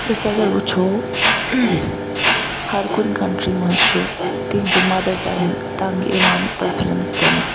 أسۍ اگر وٕچھو ہر کُنہ کَنٹری مَنٛز چھِ تِہٕنٛدِ مَدَر ٹَنٛگ یِوان پریٚفرَنس دِنہٕ